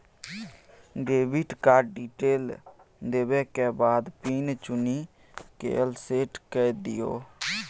debit card detail देबाक बाद pin चुनि कए सेट कए दियौ